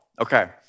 Okay